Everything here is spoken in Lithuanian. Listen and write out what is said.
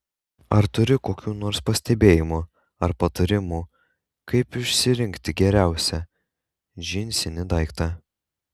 ar turi kokių nors pastebėjimų ar patarimų kaip išsirinkti geriausią džinsinį daiktą